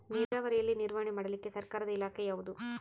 ನೇರಾವರಿಯಲ್ಲಿ ನಿರ್ವಹಣೆ ಮಾಡಲಿಕ್ಕೆ ಸರ್ಕಾರದ ಇಲಾಖೆ ಯಾವುದು?